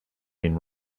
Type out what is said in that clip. been